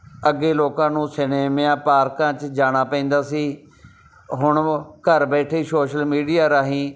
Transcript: ਅੱਗੇ ਲੋਕਾਂ ਨੂੰ ਸਿਨੇਮਿਆਂ ਪਾਰਕਾਂ 'ਚ ਜਾਣਾ ਪੈਂਦਾ ਸੀ ਹੁਣ ਘਰ ਬੈਠੇ ਸੋਸ਼ਲ ਮੀਡੀਆ ਰਾਹੀਂ